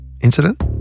incident